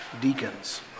deacons